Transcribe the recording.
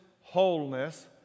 wholeness